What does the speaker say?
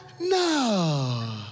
no